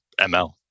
ML